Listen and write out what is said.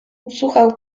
usłuchał